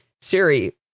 Siri